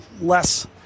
less